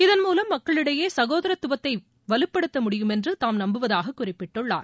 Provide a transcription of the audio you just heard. இதன் மூலம் மக்களிடையே சகோதரத்துவத்தை வலுப்படுத்த முடியும் என்று தாம் நம்புவதாக குறிப்பிட்டுள்ளார்